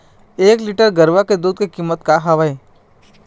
एक लीटर गरवा के दूध के का कीमत हवए?